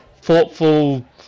thoughtful